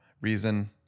reason